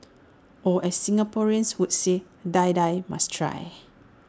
or as Singaporeans would say Die Die must try